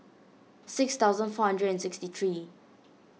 six thousand four hundred and sixty three